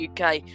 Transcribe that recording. UK